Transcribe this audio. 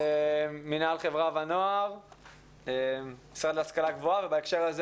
מינהל חברה ונוער, משרד להשכלה גבוהה ובהקשר הזה